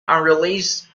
unreleased